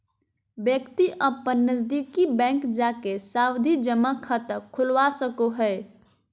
व्यक्ति अपन नजदीकी बैंक जाके सावधि जमा खाता खोलवा सको हय